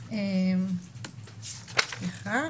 סליחה,